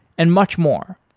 and much more.